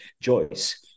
Joyce